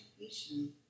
education